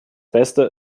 beste